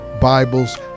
Bibles